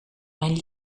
mijn